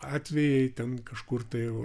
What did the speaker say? atvejai ten kažkur tai